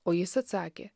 o jis atsakė